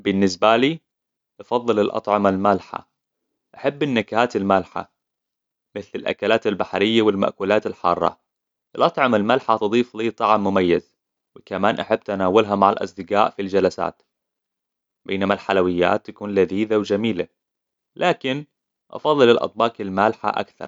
بالنسبالي، أفضل الأطعمه المالحة. أحب النكهات المالحة، مثل الأكلات البحرية والمأكولات الحارة. الأطعمه المالحة تضيف لي طعم مميز، وكمان أحب تناولها مع الأصدقاء في الجلسات. بينما الحلويات تكون لذيذة وجميلة. لكن، أفضل الأطباق المالحة أكثر.